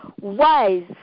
Wise